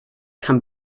can